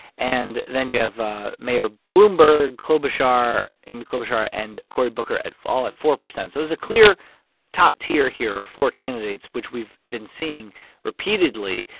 and then you have ah mayor bloomberg, klobuchar amy klobuchar and cory booker at all at four percent. so there's a clear top tier here of four candidates, which we've been seeing repeatedly.